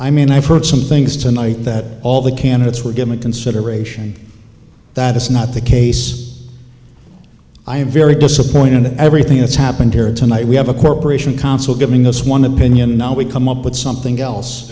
i mean i've heard some things tonight that all the candidates will give me consideration that is not the case i am very disappointed in everything that's happened here tonight we have a corporation council giving us one opinion we come up with something else